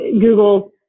Google